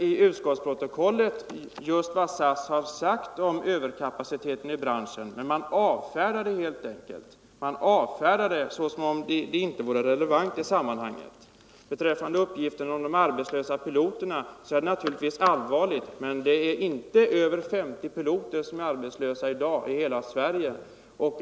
I utskottets betänkande redovisas vad SAS har sagt om överkapaciteten i branschen, men detta avfärdas som om det inte vore relevant i sammanhanget. Uppgiften om de arbetslösa piloterna är naturligtvis allvarlig, men vi har i dag inte över 50 arbetslösa piloter i hela Sverige.